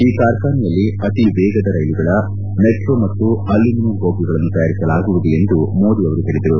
ಈ ಕಾರ್ಖಾನೆಯಲ್ಲಿ ಅತಿ ವೇಗದ ರೈಲುಗಳ ಮೆಟ್ರೋ ಮತ್ತು ಅಲ್ಲುಮಿನಿಯಂ ಬೋಗಿಗಳನ್ನು ತಯಾರಿಸಲಾಗುವುದು ಎಂದು ಮೋದಿ ಅವರು ಹೇಳಿದರು